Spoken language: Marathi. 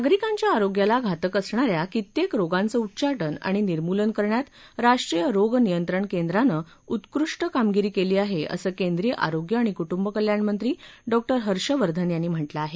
नागरिकांच्या आरोग्याला घातक असणा या कित्येक रोगांचं उच्चाटन आणि निर्मूलन करण्यात राष्ट्रीय रोग नियंत्रण केंद्रानं उत्कृष्ट कामगिरी केली आहे असं केंद्रीय आरोग्य आणि कुटुंबकल्याणमंत्री डॉक्टर हर्षवर्धन यांनी म्हटलं आहे